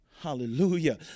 Hallelujah